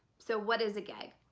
so what is a gag?